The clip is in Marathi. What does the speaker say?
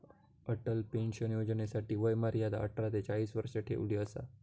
अटल पेंशन योजनेसाठी वय मर्यादा अठरा ते चाळीस वर्ष ठेवली असा